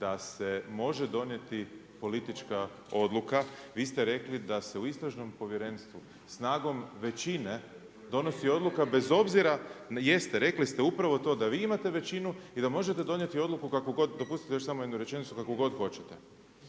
da se može donijeti politička odluka, vi ste rekli da se u istražnom povjerenstvu snagom većine, donosi odluka bez obzira… …/Upadica sa strane, ne razumije se./… … jeste, rekli ste upravo to, da vi imate većinu i da možete donijeti odluku kako god, dopustite još samo jednu rečenicu, kako god hoćete.